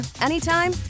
anytime